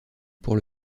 pour